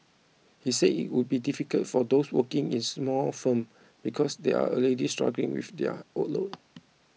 he said it would be difficult for those working in small firm because they are already struggling with their workload